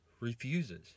refuses